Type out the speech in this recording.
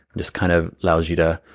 just kind of allows you to,